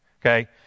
Okay